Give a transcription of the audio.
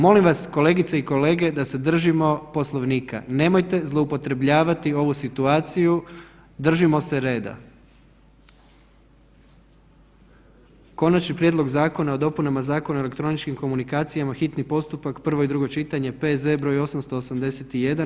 Molim vas kolegice i kolege da se držimo Poslovnika, nemojte zloupotrebljavati ovu situaciju, držimo se reda. - Konačni prijedlog zakona o dopunama Zakona o elektroničkim komunikacijama, hitni postupak, prvo i drugo čitanje, P.Z. br. 881.